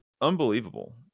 Unbelievable